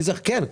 כן.